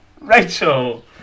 Rachel